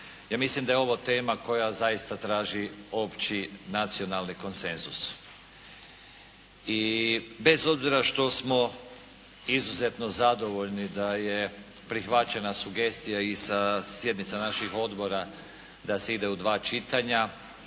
Ja mislim da je ovo tema koja zaista traži opći nacionalni konsenzus. I bez obzira što smo izuzetno zadovoljni da je prihvaćena sugestija i sa sjednica naših odbora da se ide u dva čitanja.